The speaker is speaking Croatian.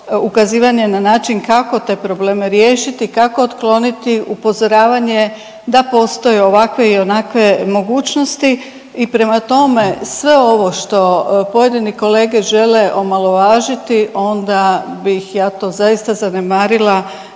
ukazivanje na način kako te probleme riješiti, kako otkloniti, upozoravanje da postoje ovakve i onakve mogućnosti. I prema tome sve ovo što pojedini kolege žele omalovažiti onda bih ja to zaista zanemarila